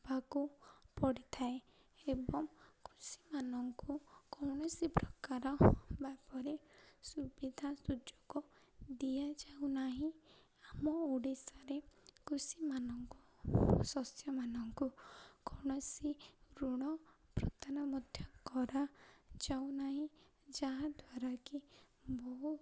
ବାକୁ ପଡ଼ିଥାଏ ଏବଂ କୃଷିମାନଙ୍କୁ କୌଣସି ପ୍ରକାର ଭାବରେ ସୁବିଧା ସୁଯୋଗ ଦିଆଯାଉନାହିଁ ଆମ ଓଡ଼ିଶାରେ କୃଷିମାନଙ୍କୁ ଶସ୍ୟମାନଙ୍କୁ କୌଣସି ଋଣ ପ୍ରଦାନ ମଧ୍ୟ କରାଯାଉନାହିଁ ଯାହାଦ୍ୱାରା କିି ବହୁ